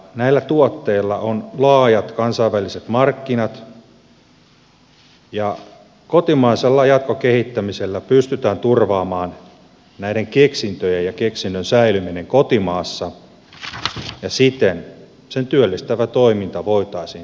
näillä tuotteilla on laajat kansainväliset markkinat ja kotimaisella jatkokehittämisellä pystytään turvaamaan näiden keksintöjen säilyminen kotimaassa ja siten sen työllistävä toiminta voitaisiin turvata